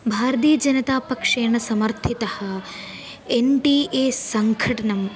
भारतीयजनतापक्षेण समर्थितः N D A सङ्घटनम्